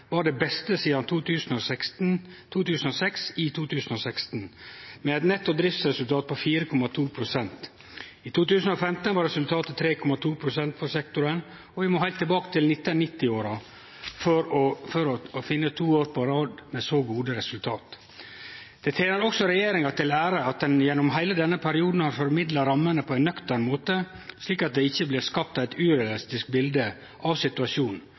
var i 2016 det beste sidan 2006, med eit netto driftsresultat på 4,2 pst. I 2015 var resultatet 3,2 pst. for sektoren. Vi må heilt tilbake til 1990-åra for å finne to år på rad med så gode resultat. Det tener også regjeringa til ære at ho gjennom heile denne perioden har formidla rammene på ein nøktern måte, slik at det ikkje blir skapt eit urealistisk bildet av situasjonen.